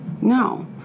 No